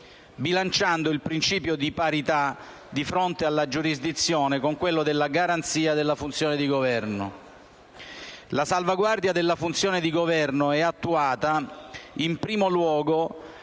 bilanciando il principio di parità di fronte alla giurisdizione con quello della garanzia della funzione di governo. La salvaguardia della funzione di governo è attuata in primo luogo